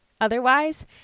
Otherwise